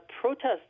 Protests